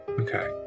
Okay